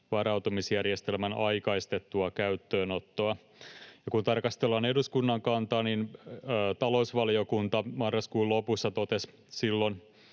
varautumisjärjestelmän aikaistettua käyttöönottoa. Ja kun tarkastellaan eduskunnan kantaa, niin talousvaliokunta marraskuun lopussa totesi,